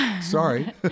Sorry